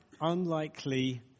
unlikely